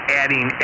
adding